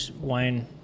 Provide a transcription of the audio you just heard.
wine